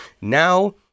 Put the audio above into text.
Now